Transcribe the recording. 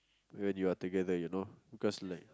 when you are together you know because like